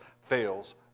fails